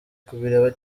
kubireba